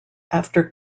after